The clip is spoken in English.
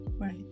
Right